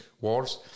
wars